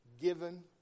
given